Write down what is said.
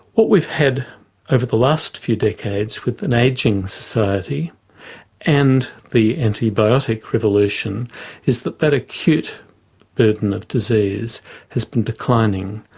what we've had over the last few decades with an ageing society and the antibiotic revolution is that that acute burden of disease has been declining,